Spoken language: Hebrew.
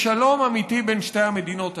בשלום אמיתי בין שתי המדינות האלה.